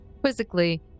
quizzically